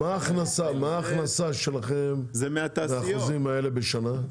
מה ההכנסה שלכם מהאחוזים האלה, בשנה?